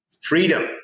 freedom